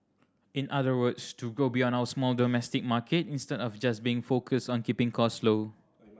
in other words to grow beyond our small domestic market instead of just being focused on keeping cost low